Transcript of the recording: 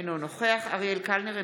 אינו נוכח אריאל קלנר,